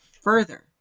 further